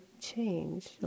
change